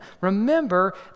remember